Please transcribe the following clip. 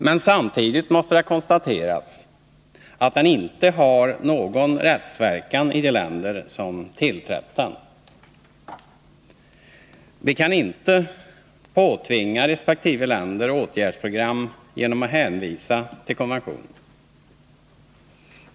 Men samtidigt måste det konstateras att den inte har någon rättsverkan i de länder som biträtt den. Vi kan inte påtvinga resp. länder åtgärdsprogram genom att hänvisa till konventionen.